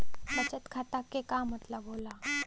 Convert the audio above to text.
बचत खाता के का मतलब होला?